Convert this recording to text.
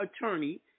attorney